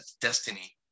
Destiny